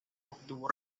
obtuvo